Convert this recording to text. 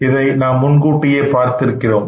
இதை நாம் முன்கூட்டியே பார்த்து இருக்கின்றோம்